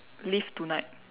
live tonight